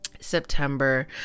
September